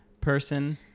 person